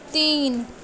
تین